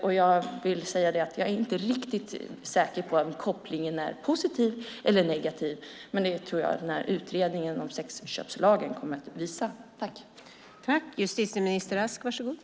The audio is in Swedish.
Och jag vill säga att jag inte är riktigt säker på om kopplingen är positiv eller negativ, men det tror jag att utredningen om sexköpslagen kommer att visa.